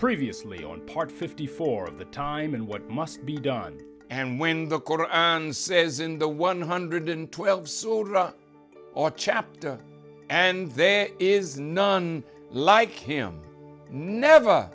previously on part fifty four of the time in what must be done and when the court says in the one hundred twelve soda chapter and there is none like him never